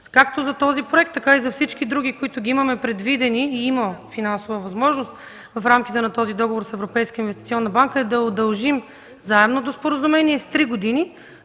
както за този проект, така и за всички други, които имаме предвидени и има финансова възможност в рамките на този договор с Европейската инвестиционна банка, е да удължим заемното споразумение с три години,